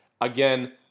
again